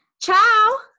Ciao